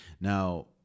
Now